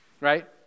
right